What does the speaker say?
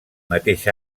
mateix